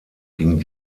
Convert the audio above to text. ging